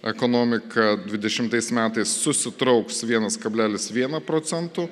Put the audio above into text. ekonomika dvidešimtais metais susitrauks vienas kablelis vieną procentu